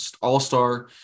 all-star